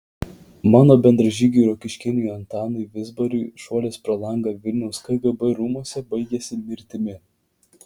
mano bendražygiui rokiškėnui antanui vizbarui šuolis pro langą vilniaus kgb rūmuose baigėsi mirtimi